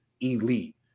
elite